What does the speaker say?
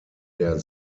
der